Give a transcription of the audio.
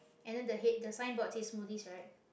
and then the head the signboard says smoothies right